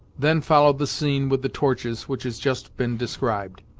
then followed the scene with the torches, which has just been described.